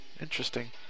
Interesting